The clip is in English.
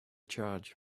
charge